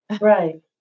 Right